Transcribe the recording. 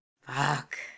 Fuck